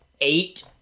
eight